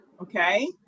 okay